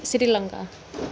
Sri Lanka